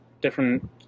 different